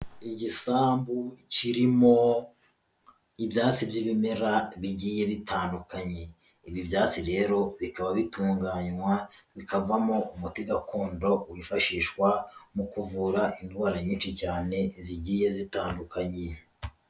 Igisambu kirimo ibyatsi by'ibimera bigiye bitandukanye, ibi byatsi rero bikaba bitunganywa bikavamo umuti gakondo wifashishwa mu kuvura indwara nyinshi cyane zigiye zitandukanye.